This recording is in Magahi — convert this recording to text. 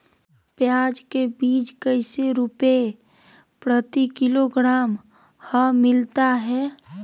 प्याज के बीज कैसे रुपए प्रति किलोग्राम हमिलता हैं?